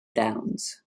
downs